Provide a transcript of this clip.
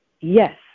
Yes